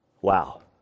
Wow